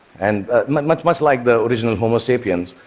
and much much like the original homo sapiens,